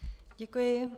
Děkuji.